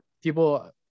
people